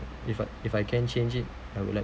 if I if I can change it I would like